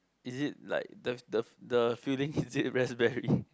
is it like the the the filling is it raspberry